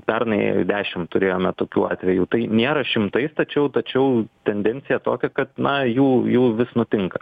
pernai dešim turėjome tokių atvejų tai nėra šimtais tačiau tačiau tendencija tokia kad na jų jų vis nutinka